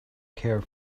care